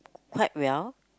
quite well